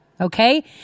okay